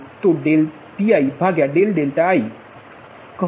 પછી V2 પછી તમારી V3પછી Y23 પછી cos23 23આ ત્રીજુ પદ છે જ્યારે આપણે ચાર લીધા છે